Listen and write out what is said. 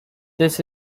this